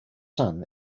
son